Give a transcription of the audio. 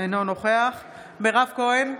אינו נוכח מירב כהן,